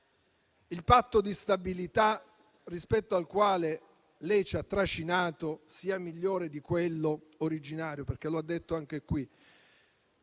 il Patto di stabilità, rispetto al quale lei ci ha trascinato, sia migliore di quello originario; lo ha detto anche qui.